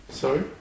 Sorry